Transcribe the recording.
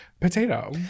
potato